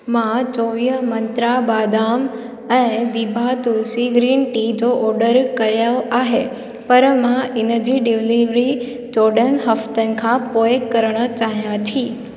मां चोवीह मंत्रा बादाम ऐं दिभा तुलसी ग्रीन टी जो ऑडर कयो आहे पर मां इनजी डिलीवरी चोॾहनि हफ्तनि खां पोइ करणु चाहियां थी